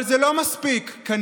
אבל זה לא מספיק כנראה,